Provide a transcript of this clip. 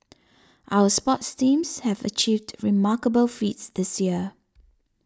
our sports teams have achieved remarkable feats this year